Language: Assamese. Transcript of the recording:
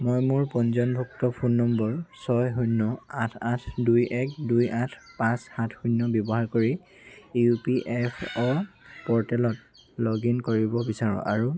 মই মোৰ পঞ্জীয়নভুক্ত ফোন নম্বৰ ছয় শূন্য আঠ আঠ দুই এক দুই আঠ পাঁচ সাত শূন্য ব্যৱহাৰ কৰি ই পি এফ অ' প'ৰ্টেলত লগ ইন কৰিব বিচাৰোঁ আৰু